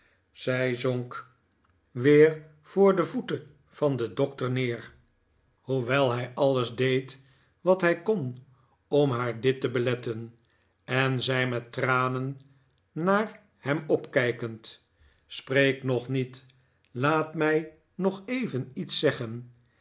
zij zonk weer voor de voeten van den doctor neer hoewel hij alles deed wat hij kon om haar dit te beletten en zei met tranen naar hem opkijkend spreek nog niet laat mij nog even iets zeggen